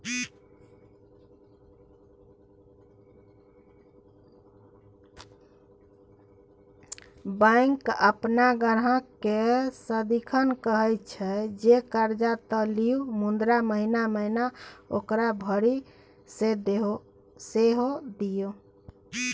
bank अपन ग्राहककेँ सदिखन कहैत छै जे कर्जा त लिअ मुदा महिना महिना ओकरा भरि सेहो दिअ